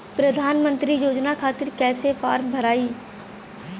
प्रधानमंत्री योजना खातिर कैसे फार्म भराई?